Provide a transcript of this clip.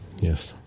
Yes